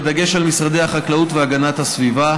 בדגש על משרד החקלאות והמשרד להגנת הסביבה,